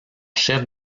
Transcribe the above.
chef